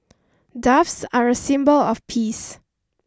doves are a symbol of peace